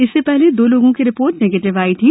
इससे पहले दो लोगों की रिपोर्ट निगेटिव थ यी थी